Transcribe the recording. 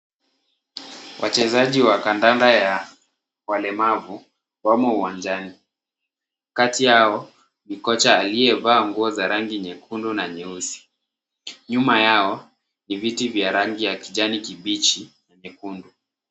Wachezaji wa kandanda ya walemavu, wamo uwanjani. Kati yao, ni kocha aliyevaa nguo za rangi nyekundu na nyeusi. Nyuma yao, ni viti vya rangi ya kijani kibichi na nyekundu.